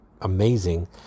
amazing